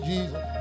Jesus